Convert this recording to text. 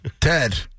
Ted